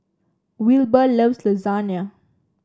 Wilber loves Lasagne